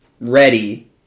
ready